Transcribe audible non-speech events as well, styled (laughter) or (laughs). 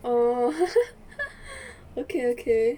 oh (laughs) okay okay